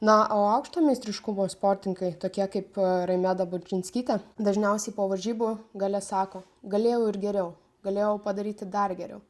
na o aukšto meistriškumo sportininkai tokie kaip raimeda bučinskytė dažniausiai po varžybų gale sako galėjau ir geriau galėjau padaryti dar geriau